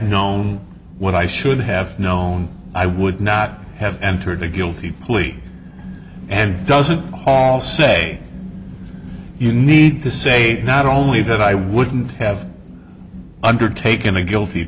known when i should have known i would not have entered a guilty plea and doesn't hall say you need to say not only that i wouldn't have undertaken a guilty